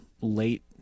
late